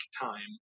time